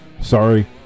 Sorry